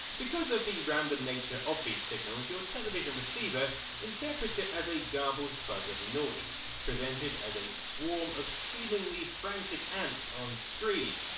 because of the random nature of these signals, your television receiver interprets it as as a garbled fuzz of noise, presented as a swarm of seemingly frantic ants on screen.